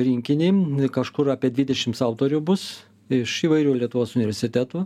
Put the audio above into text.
rinkinį kažkur apie dvidešims autorių bus iš įvairių lietuvos universitetų